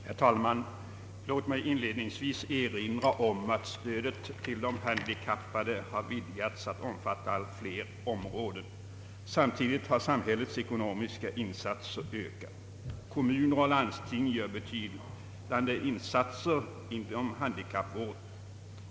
Herr talman! Låt mig inledningsvis erinra om att stödet till de handikappade vidgats att omfatta allt fler områden. Samtidigt har samhällets ekonomiska insatser ökat. Kommuner och landsting gör betydande insatser inom handikappvården.